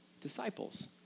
disciples